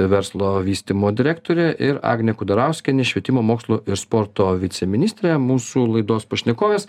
verslo vystymo direktorė ir agnė kudarauskienė švietimo mokslo ir sporto viceministrė mūsų laidos pašnekovės